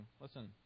listen